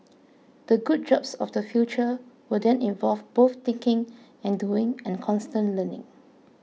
the good jobs of the future will then involve both thinking and doing and constant learning